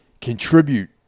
contribute